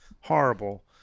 horrible